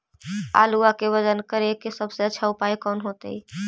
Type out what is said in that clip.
आलुआ के वजन करेके सबसे अच्छा उपाय कौन होतई?